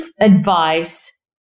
advice